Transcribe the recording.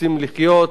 רוצים לחיות.